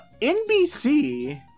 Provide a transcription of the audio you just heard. NBC